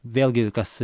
vėlgi kas